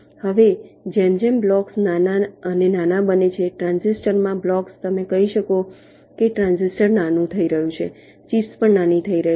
હવે જેમ જેમ બ્લોક્સ નાના અને નાના બને છે ટ્રાંઝિસ્ટરમાં બ્લોક્સ તમે કહી શકો છો કે ટ્રાન્ઝિસ્ટર નાનું થઈ રહ્યું છે ચિપ્સ પણ નાની થઈ રહી છે